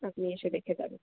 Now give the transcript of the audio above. আপনি এসে দেখে যাবেন